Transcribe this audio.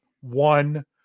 one